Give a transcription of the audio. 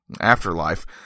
afterlife